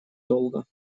долго